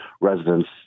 residents